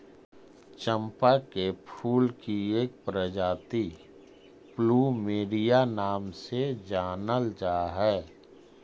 चंपा के फूल की एक प्रजाति प्लूमेरिया नाम से जानल जा हई